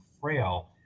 frail